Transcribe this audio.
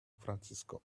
francisco